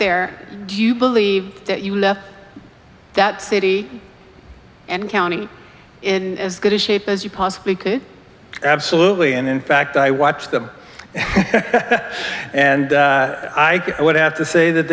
there do you believe that you left that city and county in as good a shape as you possibly could absolutely and in fact i watched them and i guess i would have to say that